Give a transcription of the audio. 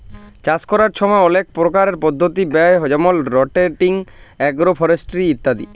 চাষ ক্যরার ছময় অলেক পরকারের পদ্ধতি হ্যয় যেমল রটেটিং, আগ্রো ফরেস্টিরি ইত্যাদি